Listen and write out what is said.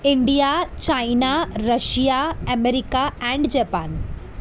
India China Russia America and Japan